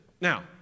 Now